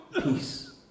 Peace